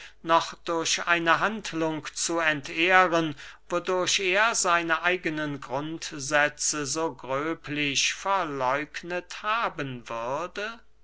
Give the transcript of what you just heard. noch durch eine handlung zu entehren wodurch er seine eigenen grundsätze so gröblich verläugnet haben würde